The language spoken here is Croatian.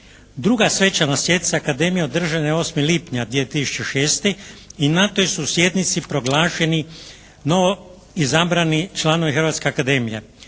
Druga Svečana sjednica Akademije održana je 8. lipnja 2006. i na toj su sjednici proglašeni, izabrani članovi Hrvatske akademije.